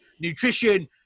nutrition